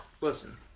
Listen